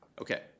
Okay